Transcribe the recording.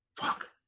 Fuck